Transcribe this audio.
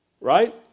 Right